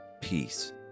peace